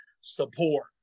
support